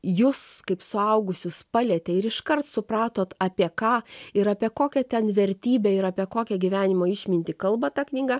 jus kaip suaugusius palietė ir iškart supratot apie ką ir apie kokią ten vertybę ir apie kokią gyvenimo išmintį kalba ta knyga